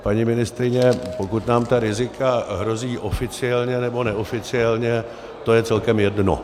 Paní ministryně, pokud nám tady rizika hrozí oficiálně nebo neoficiálně, to je celkem jedno.